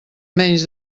menys